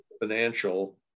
financial